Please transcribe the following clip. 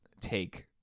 take